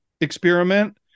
experiment